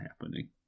happening